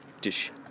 dish